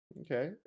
Okay